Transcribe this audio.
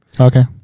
Okay